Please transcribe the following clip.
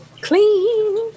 clean